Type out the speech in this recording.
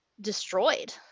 destroyed